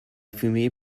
fumée